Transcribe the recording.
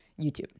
YouTube